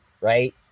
right